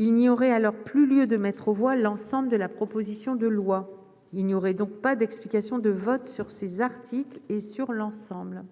il n'y aurait alors plus lieu de mettre aux voix l'ensemble de la proposition de loi, il n'y aurait donc pas d'explication de vote sur ces articles et sur l'ensemble,